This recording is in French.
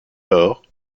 lors